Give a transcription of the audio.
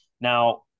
Now